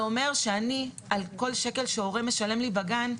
זה אומר שעל כל שקל שהורה משלם לי בגן,